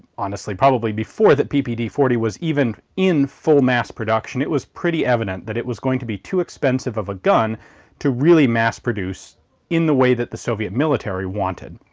honestly, probably before that ppd forty was even in full mass production, it was pretty evident that it was going to be too expensive of a gun to really mass-produce in the way that the soviet military wanted.